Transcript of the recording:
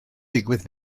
digwydd